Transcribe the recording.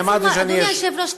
אדוני היושב-ראש,